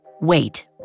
Wait